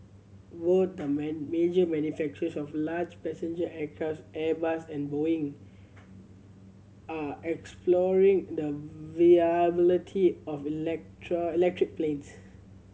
both the man major manufacturers of large passenger aircraft Airbus and Boeing are exploring the viability of electric planes